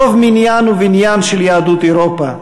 רוב מניין ובניין של יהדות אירופה,